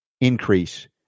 increase